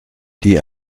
die